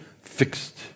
fixed